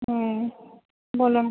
হুম বলুন